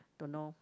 don't know